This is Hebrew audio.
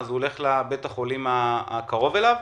הולך לבית החולים הקרוב אליו?